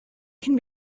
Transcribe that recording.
can